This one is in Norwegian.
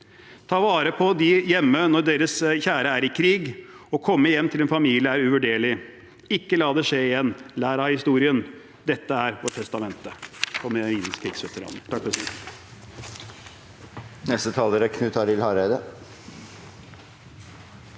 Ta vare på de hjemme når deres kjære er i krig. Å komme hjem til en familie er uvurderlig! Ikke la det skje igjen. Lær av historien! Dette er vårt testamente.